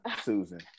Susan